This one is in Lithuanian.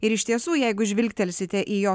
ir iš tiesų jeigu žvilgtelsite į jo